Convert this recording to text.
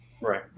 right